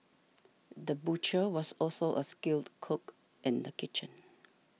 the butcher was also a skilled cook in the kitchen